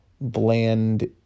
bland